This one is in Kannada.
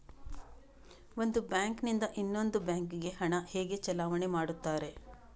ಒಂದು ಬ್ಯಾಂಕ್ ನಿಂದ ಇನ್ನೊಂದು ಬ್ಯಾಂಕ್ ಗೆ ಹಣ ಹೇಗೆ ಚಲಾವಣೆ ಮಾಡುತ್ತಾರೆ?